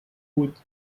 would